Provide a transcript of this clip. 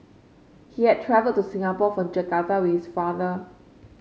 he had travelled to Singapore from Jakarta with father